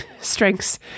strengths